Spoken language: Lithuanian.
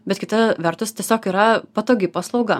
bet kita vertus tiesiog yra patogi paslauga